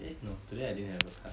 eh no today I didn't have the class